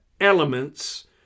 elements